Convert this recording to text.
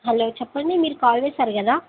hello చెప్పండి మీరు call చేశారు కదా